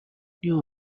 new